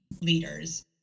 leaders